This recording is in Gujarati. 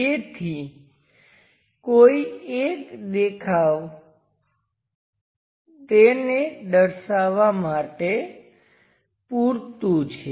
તેથી કોઈ એક દેખાવ તેને દર્શાવવા માટે પૂરતું છે